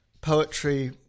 poetry